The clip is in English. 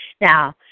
Now